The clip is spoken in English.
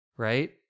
Right